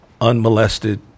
Unmolested